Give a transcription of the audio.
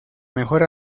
mejor